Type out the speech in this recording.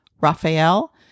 Raphael